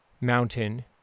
mountain